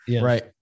right